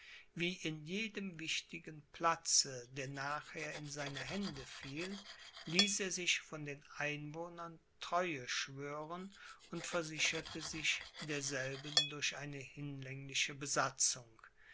wie in jedem wichtigen platze der nachher in seine hände fiel ließ er sich von den einwohnern treue schwören und versicherte sich derselben durch eine hinlängliche besatzung